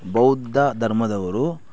ಬೌದ್ಧ ಧರ್ಮದವರು